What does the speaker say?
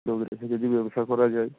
যদি ব্যবসা করা যায়